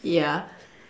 ya